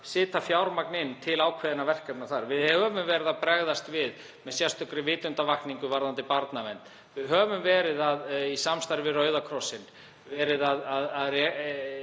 setja fjármagn til ákveðinna verkefna þar. Við höfum verið að bregðast við með sérstakri vitundarvakningu varðandi barnavernd. Við höfum í samstarfi við Rauða krossinn verið að